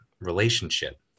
relationship